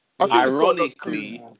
Ironically